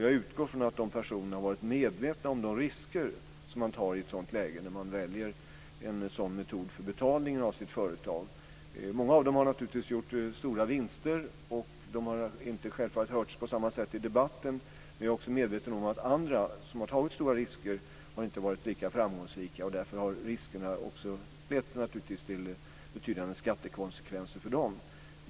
Jag utgår från att de personerna varit medvetna om de risker man tar i ett sådant läge, då man väljer en sådan metod för betalningen av sitt företag. Många av dem har naturligtvis gjort stora vinster, och de har självfallet inte hörts på samma sätt i debatten. Men jag är också medveten om att andra som tagit stora risker inte har varit lika framgångsrika, och därför har riskerna naturligtvis lett till betydande skattekonsekvenser för dem.